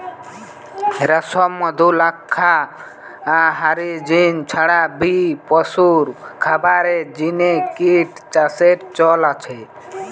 রেশম, মধু, লাক্ষা হারির জিনে ছাড়া বি পশুর খাবারের জিনে কিট চাষের চল আছে